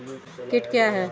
कीट क्या है?